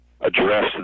address